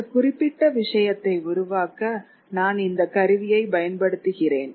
இந்த குறிப்பிட்ட விஷயத்தை உருவாக்க நான் இந்த கருவியைப் பயன்படுத்துகிறேன்